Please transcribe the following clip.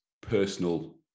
personal